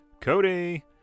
Cody